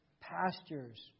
pastures